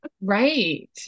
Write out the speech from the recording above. Right